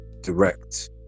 direct